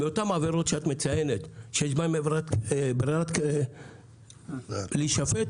ואותן עבירות שאת מציינת שיש בהן רצון להישפט